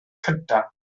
cyntaf